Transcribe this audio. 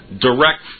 direct